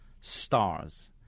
stars